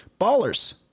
Ballers